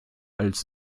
als